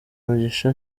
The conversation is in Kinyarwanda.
mugisha